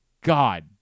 God